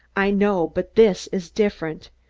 i know but this is different.